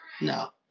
No